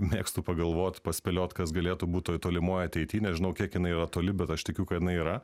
mėgstu pagalvot paspėliot kas galėtų būt toj tolimoj ateity nežinau kiek jinai yra toli bet aš tikiu kad jinai yra